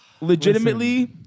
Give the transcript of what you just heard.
Legitimately